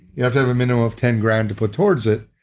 you have to have a minimum of ten grand to put towards it